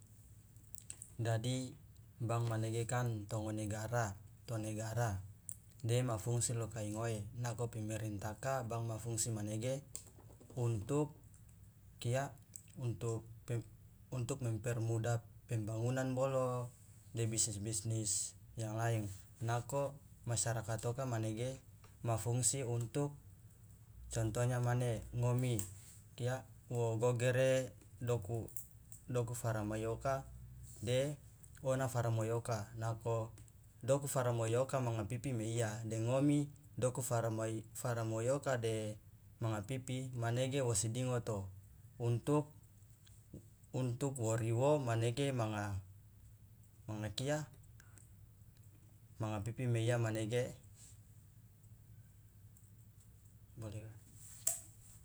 Jadi bank manege kan tongone to negara dema fungsi lo kai ngoe nako pemerintaka bank ma fungsi manege untuk kia untuk mempermuda pembangunan bolo de bisnis bisnis yang lain nako masarakat oka manege ma fungsi untuk contonya mane ngomi wo gogere doku doku faramoi oka de ona faramoi oka nako doku faramoi oka manga pipi meiya de ngomi doku faramoi faramoi oka de manga pipi manege wosi dingoto untuk untuk wo riwo manege manga manga kia manga meiya manege.